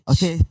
Okay